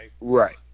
Right